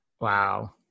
Wow